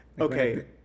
Okay